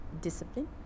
discipline